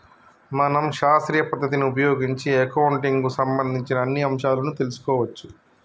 మనం శాస్త్రీయ పద్ధతిని ఉపయోగించి అకౌంటింగ్ కు సంబంధించిన అన్ని అంశాలను తెలుసుకోవచ్చు